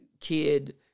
kid